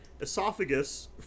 esophagus